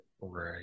Right